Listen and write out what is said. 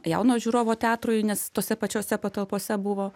jauno žiūrovo teatrui nes tose pačiose patalpose buvo